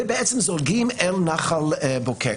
ובעצם זולגים אל נחל בוקק.